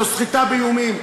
זו סחיטה באיום,